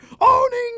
owning